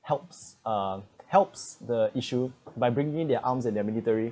helps uh helps the issue by bringing their arms and their military